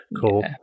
Cool